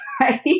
Right